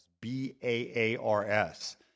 B-A-A-R-S